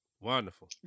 Wonderful